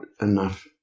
enough